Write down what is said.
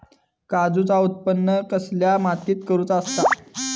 काजूचा उत्त्पन कसल्या मातीत करुचा असता?